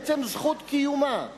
לעצם זכות קיומה.